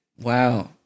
Wow